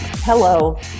Hello